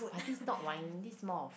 but this is not wine this is more of